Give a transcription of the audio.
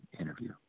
interview